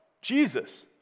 Jesus